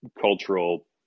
cultural